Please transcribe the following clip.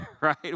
right